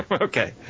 Okay